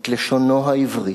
את לשונו העברית.